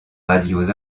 radios